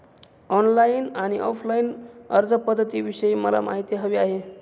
online आणि offline अर्जपध्दतींविषयी मला माहिती हवी आहे